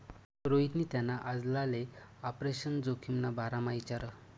रोहितनी त्याना आजलाले आपरेशन जोखिमना बारामा इचारं